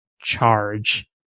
charge